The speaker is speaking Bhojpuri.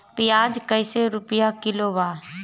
प्याज कइसे रुपया किलो बा?